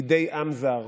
בידי עם זר.